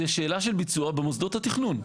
זו שאלה של ביצוע במוסדות התכנון.